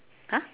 !huh!